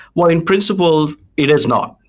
well in principle, it is not.